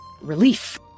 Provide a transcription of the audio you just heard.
relief